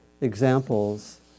examples